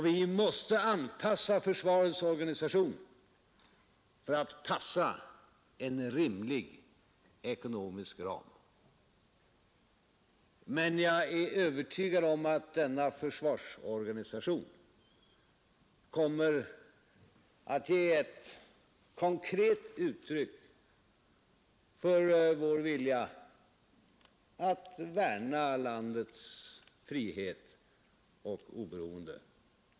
Vi måste anpassa försvarets organisation till en rimlig ekonomisk ram. Och jag är övertygad om att denna försvarsorganisation kommer att ge ett konkret uttryck för vår vilja att värna landets frihet och oberoende.